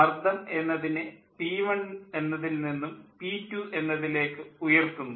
മർദ്ദം എന്നതിനെ പി1 ൽ നിന്നും പി2 ലേക്ക് ഉയർത്തുന്നു